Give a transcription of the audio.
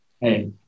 hey